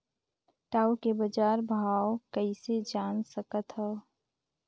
टाऊ के बजार भाव कइसे जान सकथव?